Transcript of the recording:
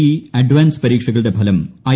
E advance പരീക്ഷകളുടെ ഫലം I